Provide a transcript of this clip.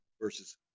versus